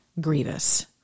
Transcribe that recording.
grievous